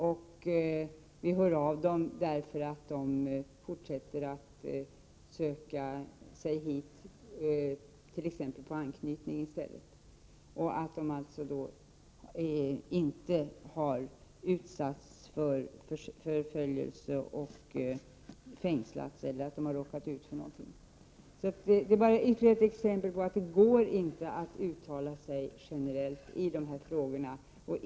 Vi hör alltså av dem, eftersom de fortfarande försöker komma hit —- t.ex. med hänvisning till anknytningen. Om dessa kurder vet vi alltså att de inte har utsatts för förföljelse, att de inte har fängslats eller råkat ut för någonting annat. Detta är bara ytterligare ett exempel på att det inte går att uttala sig generellt i dessa frågor.